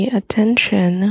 attention